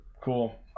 Cool